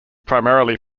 primarily